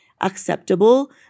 acceptable